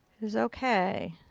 it's ok.